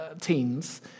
teens